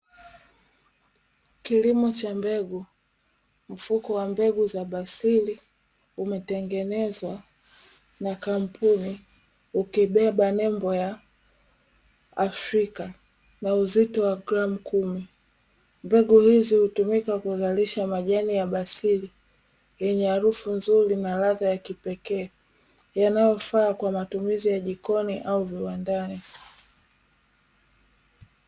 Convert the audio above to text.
Kilimo cha mbegu, mfuko wa mbegu za basili umetengenezwa na kampuni ukibeba nembo ya afrika na uzito wa gramu kumi. Mbegu hizi hutumika kwa ajili ya kuzalisha majani ya basili yenye harufu nzuri na ladha ya kipekee yanayofaa kwa matumizi ya jikoni au viwandani.